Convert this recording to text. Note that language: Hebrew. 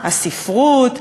הספרות.